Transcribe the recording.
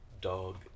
dog